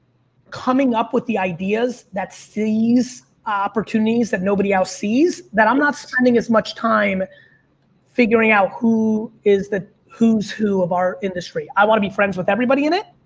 coming up with the ideas that seize opportunities that nobody else sees, that i'm not spending as much time figuring out who is the, who's who of our industry. i want to be friends with everybody in it.